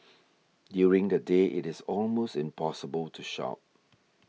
during the day it is almost impossible to shop